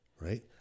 Right